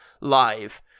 live